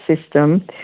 system